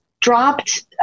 dropped